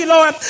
Lord